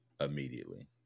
immediately